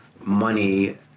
money